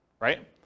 right